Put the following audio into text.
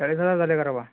चाळीस हजार झाले का रे बुवा